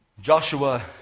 Joshua